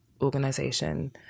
organization